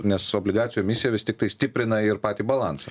nes obligacijų emisija vis tiktai stiprina ir patį balansą